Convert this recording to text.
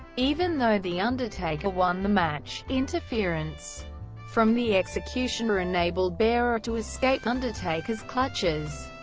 even though the undertaker won the match, interference from the executioner enabled bearer to escape undertaker's clutches.